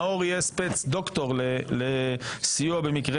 לא עובדים ולא שרים.